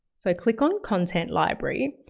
so click on, content library,